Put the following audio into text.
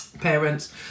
parents